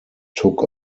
took